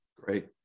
Great